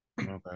Okay